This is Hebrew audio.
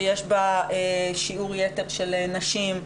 שיש בה שיעור יתר של נשים.